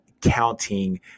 counting